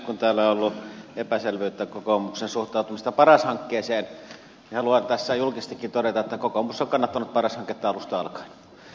kun täällä on ollut epäselvyyttä kokoomuksen suhtautumisesta paras hankkeeseen niin haluan tässä julkisestikin todeta että kokoomus on kannattanut paras hanketta alusta alkaen